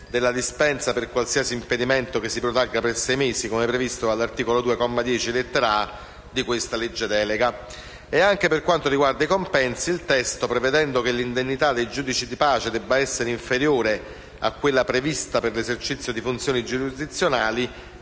della dispensa per qualsiasi impedimento che si protragga per sei mesi, come previsto dall'articolo 2, comma 10, lettera *a)*, del presente disegno di legge delega. Anche per quanto riguarda i compensi, il testo, prevedendo che l'indennità dei giudici di pace deve essere inferiore a quella prevista per l'esercizio di funzioni giurisdizionali,